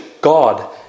God